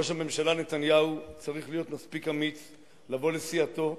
ראש הממשלה נתניהו צריך להיות מספיק אמיץ לבוא לסיעתו,